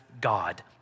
God